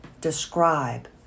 describe